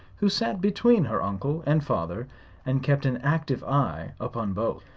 who sat between her uncle and father and kept an active eye upon both.